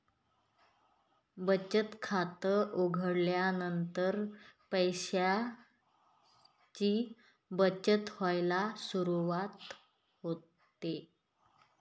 बचत खात उघडल्यानंतर पैशांची बचत व्हायला सुरवात होते